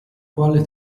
quale